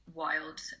wild